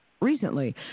recently